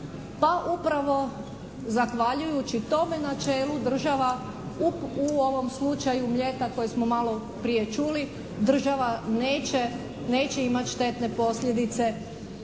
Pa upravo zahvaljujući tome načelu država u ovom slučaju Mljeta koje smo maloprije čuli država neće imati štetne posljedice